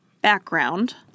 background